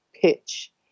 pitch